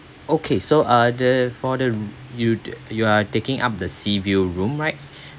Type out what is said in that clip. okay so uh the for the you'll you are taking up the seaview room right